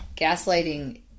gaslighting